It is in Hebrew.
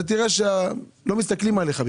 תראה שלא מסתכלים עליך.